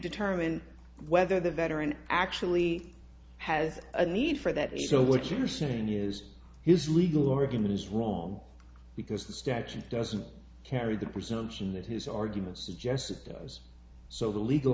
determine whether the veteran actually has a need for that so what you're saying use his legal argument is wrong because the statute doesn't carry the presumption that his arguments are just suppose so the legal